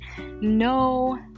No